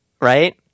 right